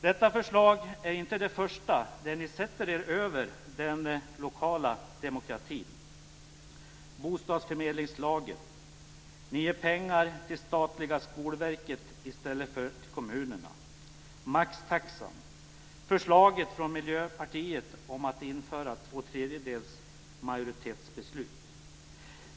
Detta förslag är inte det första där ni sätter er över den lokala demokratin: bostadsförmedlingslagen, att ni ger pengar till statliga Skolverket i stället för till kommunerna, maxtaxan och förslaget från Miljöpartiet om att införa två tredjedels majoritetsbeslut.